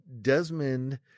Desmond